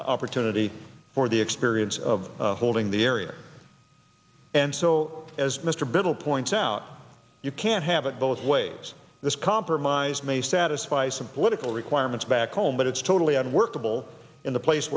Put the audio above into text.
opportunity for the experience of holding the area and so as mr biddle points out you can't have it both ways this compromise may satisfy some political requirements back home but it's totally unworkable in the place